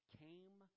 came